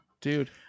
dude